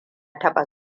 taɓa